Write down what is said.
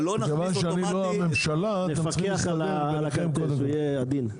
אבל לא נכניס אוטומטית, נפקח --- שיהיה עדין.